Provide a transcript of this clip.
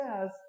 says